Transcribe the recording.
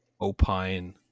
opine